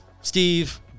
Steve